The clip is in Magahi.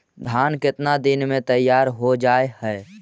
धान केतना दिन में तैयार हो जाय है?